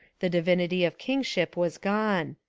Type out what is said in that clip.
the divinity of kingship was gone.